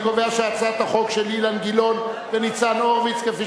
אני קובע שהצעת החוק של אילן גילאון וניצן הורוביץ כפי